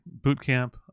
bootcamp